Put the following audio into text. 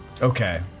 Okay